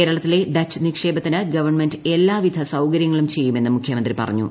കേരളത്തിലെ ഡച്ച് നിക്ഷേപത്തിന് ഗവൺമെന്റ് എല്ലാവിധ സൌകര്യങ്ങളും ചെയ്യുമെന്ന് മുഖ്യമന്ത്രി പറഞ്ഞു